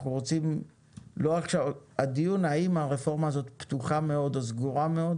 אנחנו רוצים לא רק הדיון האם הרפורמה הזאת פתוחה מאוד או סגורה מאוד